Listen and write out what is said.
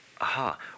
aha